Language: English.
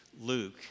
luke